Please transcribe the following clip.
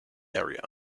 area